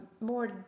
more